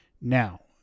Now